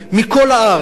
מכל הארץ,